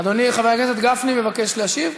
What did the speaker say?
אדוני חבר הכנסת גפני מבקש להשיב?